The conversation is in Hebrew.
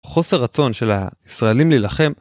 חוסר רצון של ה...ישראלים להילחם,